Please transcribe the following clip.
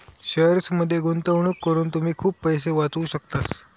शेअर्समध्ये गुंतवणूक करून तुम्ही खूप पैसे वाचवू शकतास